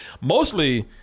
Mostly